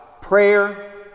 prayer